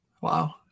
Wow